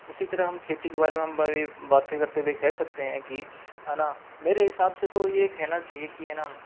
उसी तरह हम खेती के बारे में हमारी बातें करते हुए कह सकते हैं कि ना मेरे हिसाब से तो ये कहना चाहिए कि है ना